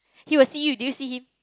he will see you did you see him